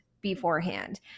beforehand